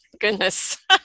goodness